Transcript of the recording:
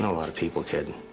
lot of people, kid.